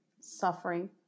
suffering